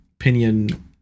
opinion